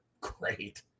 great